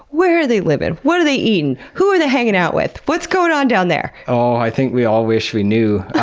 where are they living? what are they eating? who are they hanging out with? what's going on down there? i think we all wish we knew.